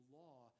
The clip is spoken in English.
law